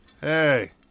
hey